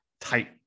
tight